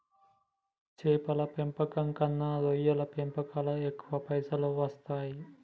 చేపల పెంపకం కన్నా రొయ్యల పెంపులను ఎక్కువ పైసలు వస్తాయి